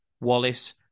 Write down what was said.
Wallace